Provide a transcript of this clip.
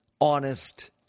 honest